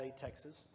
Texas